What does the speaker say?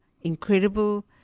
incredible